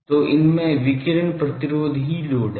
तो इनमें विकिरण प्रतिरोध ही लॉड है